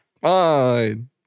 Fine